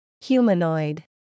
Humanoid